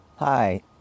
Hi